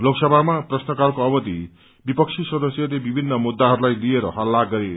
लोकसभामा प्रश्नकालको अवयि विपक्षी सदस्यहरूले विभिन्न मुद्धाहरूलाई लिएर हल्ला गरे